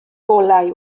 olau